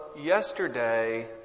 yesterday